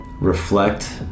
reflect